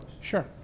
Sure